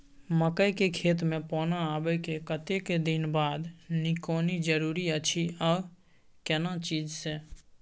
मकई के खेत मे पौना आबय के कतेक दिन बाद निकौनी जरूरी अछि आ केना चीज से?